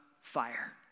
fire